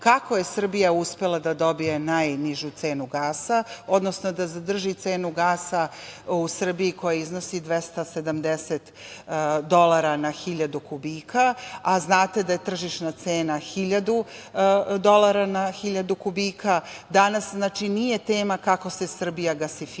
kako je Srbija uspela da dobije najnižu cenu gasa, odnosno da zadrži cenu gasa u Srbiji, koja iznosi 270 dolara na 1000 kubika, a znate da je tržišna cena 1000 dolara na 1000 kubika. Danas nije tema kako se Srbija gasifikuje,